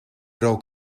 rook